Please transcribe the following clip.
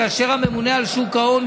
כאשר הממונה על שוק ההון,